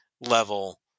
level